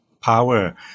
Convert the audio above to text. Power